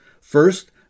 First